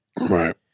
Right